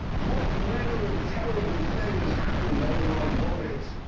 what manner of terrible thing has happened under my bonnet?